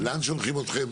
לאן שולחים אתכם.